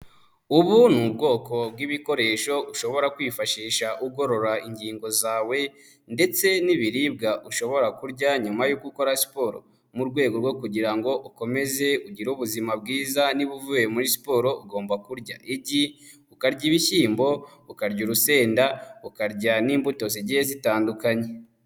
Ubu ni ubwoko bw'ibikoresho ushobora kwifashisha ugorora ingingo zawe ndetse n'ibiribwa ushobora kurya nyuma yo ukora siporo mu rwego rwo kugira ngo ukomeze ugire ubuzima bwiza, niba uvuye muri siporo ugomba kurya igi, ukarya ibishyimbo, ukarya urusenda, ukarya n'imbuto zigiye zitandukanye.